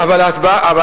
הצבעתי נגד.